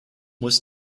muss